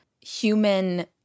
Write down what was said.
human